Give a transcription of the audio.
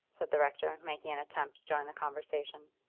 said the rector, making an attempt to join the conversation.